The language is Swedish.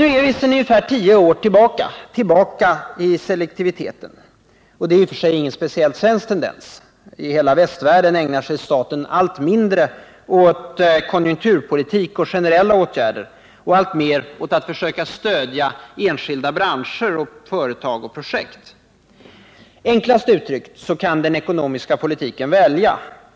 Nu är vi, sedan ungefär tio år, tillbaka i selektiviteten. Det är i och för sig ingen speciellt svensk tendens. I hela västvärlden ägnar sig staten allt mindre åt konjunkturpolitik och generella åtgärder och alltmer åt att försöka stödja enskilda branscher, företag och projekt. Enkelt uttryckt kan den ekonomiska politiken välja.